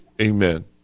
amen